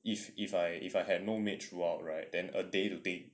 if if I if I had no maid throughout right then a day to day